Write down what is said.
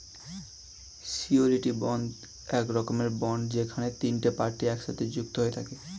surety bond এক রকমের bond যেখানে তিনটে পার্টি একসাথে যুক্ত হয়ে থাকে